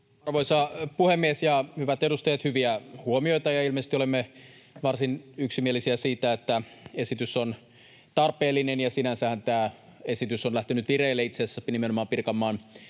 Arvoisa puhemies! Hyvät edustajat! Hyviä huomioita. Ilmeisesti olemme varsin yksimielisiä siitä, että esitys on tarpeellinen. Sinänsähän tämä esitys on lähtenyt vireille itse asiassa nimenomaan Pirkanmaan